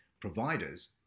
providers